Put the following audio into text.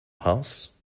house